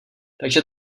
takže